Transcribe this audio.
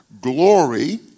glory